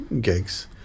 gigs